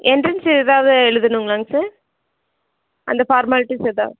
entrance எதாவது எழுதணுங்களாங்க sir அந்த ஃபார்மாலிட்டிஸ் எதா